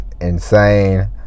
insane